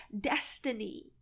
destiny